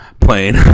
Playing